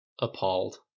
appalled